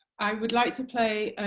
i would like to play